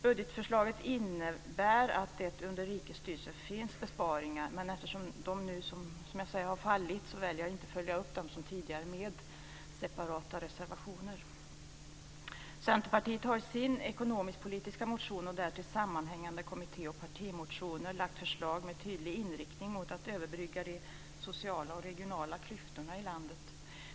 Budgetförslaget innebär besparingar under rikets styrelse, men eftersom de nu har fallit väljer jag att inte följa upp dem som tidigare med separata reservationer. Centerpartiet har i sin ekonomisk-politiska motion och i därtill sammanhängande kommitté och partimotioner lagt fram förslag med tydlig inriktning mot att överbrygga de sociala och regionala klyftorna i landet.